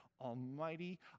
almighty